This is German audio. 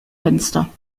fenster